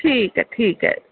ठीक ऐ ठीक ऐ